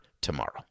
tomorrow